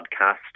podcast